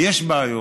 ויש בעיות